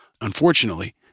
unfortunately